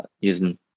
using